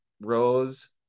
rose